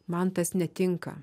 man tas netinka